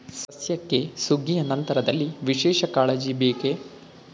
ಸಸ್ಯಕ್ಕೆ ಸುಗ್ಗಿಯ ನಂತರದಲ್ಲಿ ವಿಶೇಷ ಕಾಳಜಿ ಬೇಕೇ?